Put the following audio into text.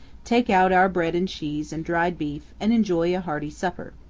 take out our bread and cheese and dried beef, and enjoy a hearty supper.